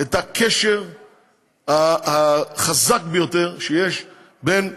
את הקשר החזק ביותר שיש בין החקירה,